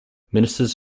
ministers